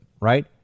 right